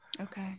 Okay